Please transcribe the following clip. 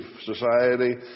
society